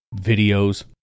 videos